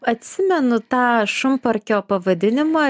atsimenu tą šunparkio pavadinimą